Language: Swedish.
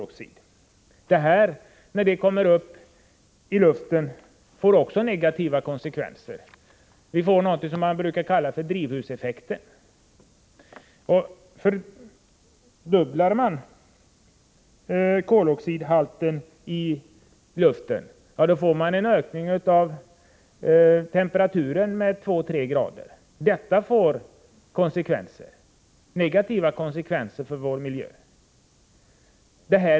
Också när koldioxid kommer ut i luften blir konsekvenserna negativa. Vi får någonting som brukar kallas drivhuseffekten. Fördubblas koldioxidhalten i luften, stiger temperaturen med 2-3”. Det påverkar vår miljö negativt.